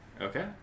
Okay